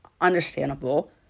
understandable